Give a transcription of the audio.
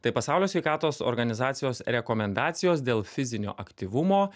tai pasaulio sveikatos organizacijos rekomendacijos dėl fizinio aktyvumo